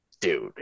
Dude